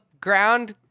ground